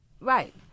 Right